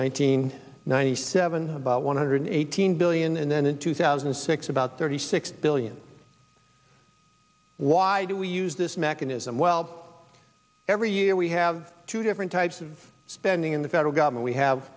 hundred ninety seven about one hundred eighteen billion and then in two thousand and six about thirty six billion why do we use this mechanism well every year we have two different types of spending in the federal government we have